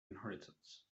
inheritance